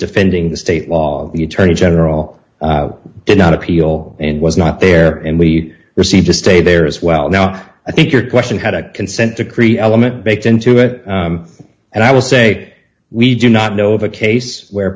defending the state law the attorney general did not appeal and was not there and we received a stay there as well now i think your question had a consent decree element baked into it and i will say we do not know of a case where